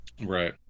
Right